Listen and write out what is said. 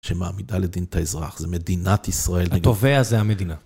שמעמידה לדין את האזרח, זה מדינת ישראל. -התובע זה המדינה.